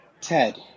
Ted